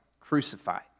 crucified